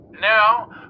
Now